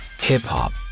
Hip-hop